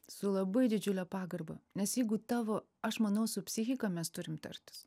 su labai didžiule pagarba nes jeigu tavo aš manau su psichika mes turim tartis